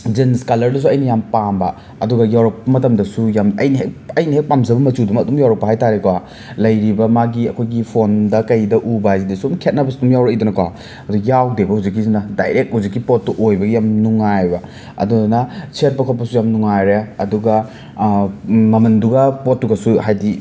jeans ꯀꯂꯔꯗꯨꯖꯨ ꯑꯩꯅ ꯌꯥꯝ ꯄꯥꯝꯕ ꯑꯗꯨꯒ ꯌꯧꯔꯛꯄ ꯃꯇꯝꯗꯁꯨ ꯌꯥꯝ ꯑꯩꯅ ꯍꯦꯛ ꯑꯩꯅ ꯍꯦꯛ ꯄꯥꯝꯖꯕ ꯃꯆꯨꯗꯨꯃꯛ ꯑꯗꯨꯝ ꯌꯧꯔꯛꯄ ꯍꯥꯏꯇꯔꯦꯀꯣ ꯂꯩꯔꯤꯕ ꯃꯥꯒꯤ ꯑꯈꯣꯏꯒꯤ ꯐꯣꯟꯗ ꯀꯩꯗ ꯎꯕ ꯍꯥꯏꯖꯤꯗꯤ ꯁꯨꯝ ꯈꯦꯠꯅꯕꯖꯨ ꯑꯗꯨꯝ ꯌꯥꯎꯔꯛꯏꯗꯅꯀꯣ ꯑꯗꯣ ꯌꯥꯎꯗꯦꯕ ꯍꯨꯖꯤꯛꯀꯤꯖꯤꯅ ꯗꯥꯏꯔꯦꯛ ꯍꯨꯖꯤꯛꯀꯤ ꯄꯣꯠꯇꯣ ꯑꯣꯏꯕꯩ ꯌꯥꯝ ꯅꯨꯡꯉꯥꯏꯕ ꯑꯗꯨꯗꯨꯅ ꯁꯦꯠꯄ ꯈꯣꯠꯄꯁꯨ ꯌꯥꯝ ꯅꯨꯡꯉꯥꯏꯔꯦ ꯑꯗꯨꯒ ꯃꯃꯟꯗꯨꯒ ꯄꯣꯠꯇꯨꯒꯁꯨ ꯍꯥꯏꯗꯤ